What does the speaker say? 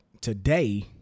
today